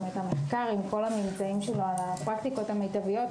את המחקר עם כל הממצאים שלו על הפרקטיקות המיטביות.